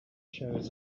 shows